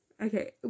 Okay